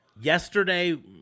Yesterday